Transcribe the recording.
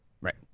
Right